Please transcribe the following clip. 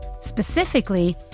Specifically